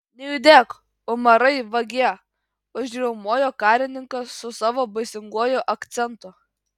nejudėk umarai vagie užriaumojo karininkas su savo baisinguoju akcentu